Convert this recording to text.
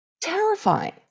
terrifying